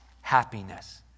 happiness